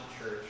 church